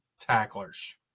tacklers